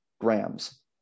grams